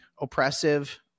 oppressive